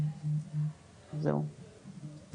זהו.